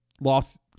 lost